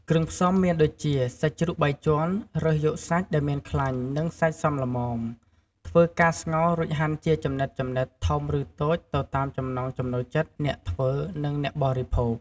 គ្រឿងផ្សំមានដូចជា សាច់ជ្រូកបីជាន់រើសយកសាច់ដែលមានខ្លាញ់ និងសាច់សមល្មម ធ្វើការស្ងោររួចហាន់ជាចំណិតៗធំឬតូចទៅតាមចំណង់ចំណូលចិត្តអ្នកធ្វើនិងអ្នកបរិភោគ។